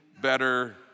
better